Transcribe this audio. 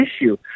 issue